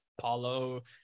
Paulo